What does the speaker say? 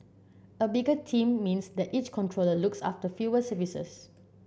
a bigger team means that each controller looks after fewer services